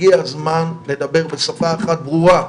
הגיע הזמן לדבר בשפה אחת ברורה,